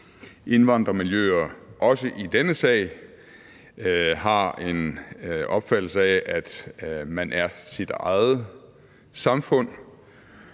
indvandrermiljøer – også i denne sag – har en opfattelse af, at man er sit eget samfund,